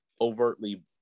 overtly